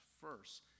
first